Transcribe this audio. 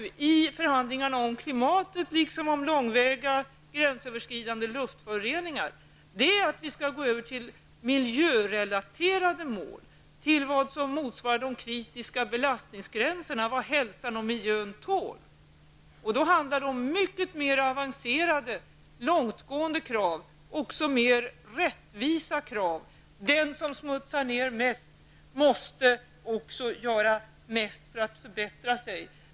I förhandlingarna om klimatet liksom när det gäller långväga gränsöverskridande luftföroreningar driver Sverige nu att vi skall gå över till miljörelaterade mål och mål som motsvarar de kritiska belastningsgränserna -- vad hälsan och miljön tål. Det handlar om mycket mer avancerade, långtgående och också mer rättvisa krav. Den som smutsar ned mest måste också göra mest för att bättra sig.